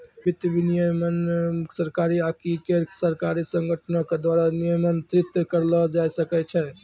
वित्तीय विनियमन सरकारी आकि गैरसरकारी संगठनो के द्वारा नियंत्रित करलो जाय सकै छै